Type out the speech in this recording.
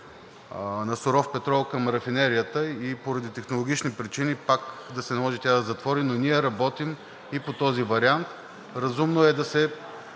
на суров петрол към рафинерията и поради технологични причини пак да се наложи тя да затвори, но ние работим и по този вариант. Разумно е да се